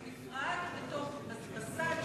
בנפרד, בסד של